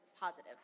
positive